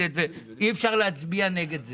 שמעתי טוב מאוד,